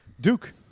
Duke